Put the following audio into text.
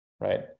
right